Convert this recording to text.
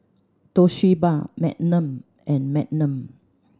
Toshiba Magnum and Magnum